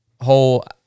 whole